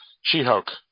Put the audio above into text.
She-Hulk